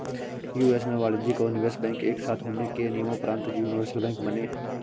US में वाणिज्यिक और निवेश बैंक एक साथ होने के नियम़ोंपरान्त यूनिवर्सल बैंक बने